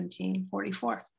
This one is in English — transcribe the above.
1744